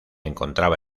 encontraba